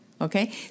okay